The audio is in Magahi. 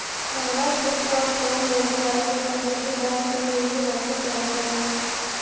हमरा सेक्योर्ड लोन लेबे लागी अपन डिग्री बैंक के गिरवी रखे पड़तई